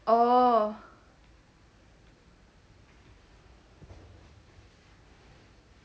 orh